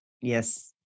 Yes